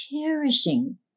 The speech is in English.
cherishing